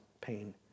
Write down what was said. pain